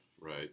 right